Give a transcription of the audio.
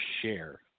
share